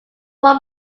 form